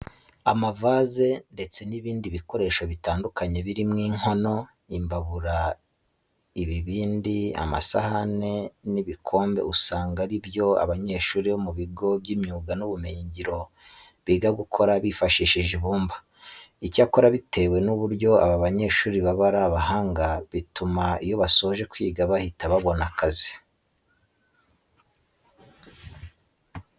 Amavaze ndetse n'ibindi bikoresho bitandukanye birimo inkono, imbabura, ibibindi, amasahane n'ibikombe usanga ari byo abanyeshuri bo mu bigo by'imyuga n'ubumenyingiro biga gukora bifashishije ibumba. Icyakora bitewe n'uburyo aba banyeshuri baba ari abahanga bituma iyo basoje kwiga bahita babona akazi.